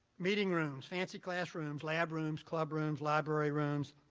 meeting rooms. fancy classrooms, lab rooms, club rooms, library rooms,